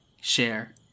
share